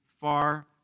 far